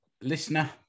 listener